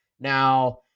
Now